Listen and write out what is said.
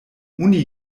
uni